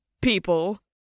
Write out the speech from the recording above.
people